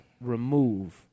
remove –